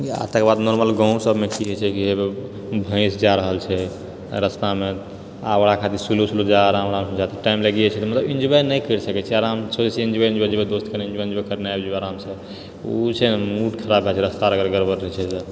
या तकर बाद नॉर्मल गाँव सभमे की होइ छै कि होबे भैंस जाइ रहल छै रस्तामे आ ओकरा खातिर स्लो स्लो जे आराम आरामसँ जे छै तऽ टाइम लागिए जाइ छै पड़ै छै तऽ मतलब इन्जॉय नहि करि सकै छी आराम सोचै छी इन्जॉय इन्जॉय जेबै दोस्त इन्जॉय इन्जॉय करै लऽ आबि जो आरामसँ ओ छै मूड खराब भए जाइ छै रस्ता अगर गड़बड़ रहै छै तऽ